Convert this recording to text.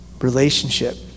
relationship